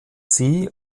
sie